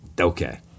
Okay